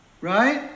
right